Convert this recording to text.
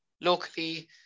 locally